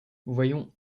voyons